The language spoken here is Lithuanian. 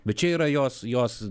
bet čia yra jos jos